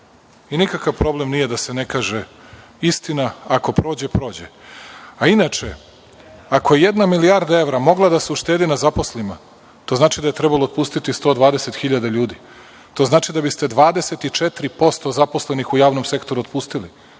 Nikakav problem nije da se ne kaže istina, ako prođe prođe. Inače, ako je jedna milijarda evra mogla da se uštedi na zaposlenima, to znači da je trebalo otpustiti 120.000 ljudi. To znači da biste 24% zaposlenih u javnom sektoru otpustili.